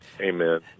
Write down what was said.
Amen